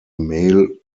mail